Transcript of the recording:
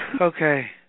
Okay